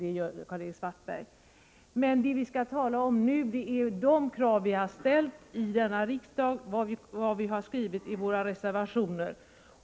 Vad vi emellertid nu skall tala om är de krav vi har ställt i denna riksdag och vad vi har skrivit i våra reservationer.